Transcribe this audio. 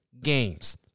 games